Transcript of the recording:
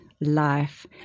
life